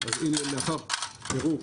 אז הנה, לאחר פירוק,